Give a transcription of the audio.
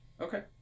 Okay